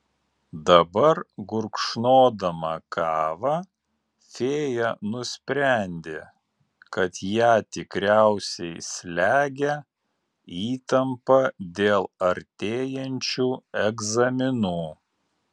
dabar gurkšnodama kavą fėja nusprendė kad ją tikriausiai slegia įtampa dėl artėjančių egzaminų